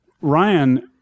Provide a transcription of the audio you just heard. Ryan